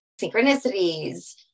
synchronicities